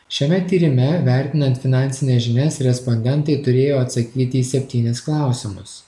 šiame tyrime vertinant finansines žinias respondentai turėjo atsakyti į septynis klausimus